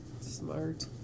Smart